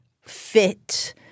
fit